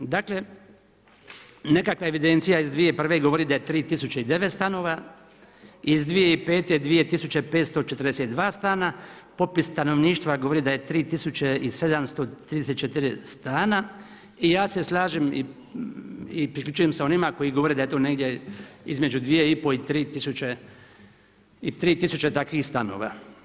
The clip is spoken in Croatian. Dakle, nekakva evidencija iz 2001. govori da je … stanova, iz 2005. 2 542 stana, popis stanovništva govori da je 3 734 stana i ja se slažem i priključujem se onima koji govore da je to negdje između 2 500 i 3 000 takvih stanova.